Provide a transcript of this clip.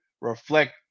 reflect